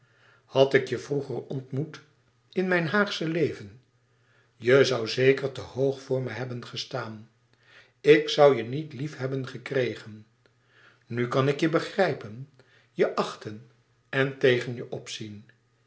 had ik je vroeger ontmoet in mijn haagsche leven je zoû zeker te hoog voor me hebben gestaan ik zoû je niet lief hebben gekregen nu kan ik je begrijpen je achten en tegen je opzien